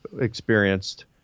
experienced